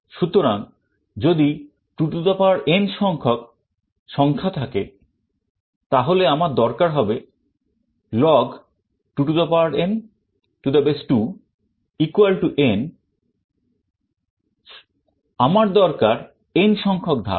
সুতরাং যদি 2n সংখ্যক সংখ্যা থাকে তাহলে আমার দরকার হবে log2 2n n আমার দরকার n সংখ্যক ধাপ